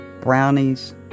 brownies